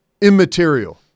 immaterial